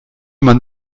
man